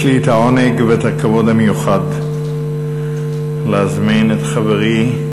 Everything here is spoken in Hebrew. יש לי העונג והכבוד המיוחד להזמין את חברי,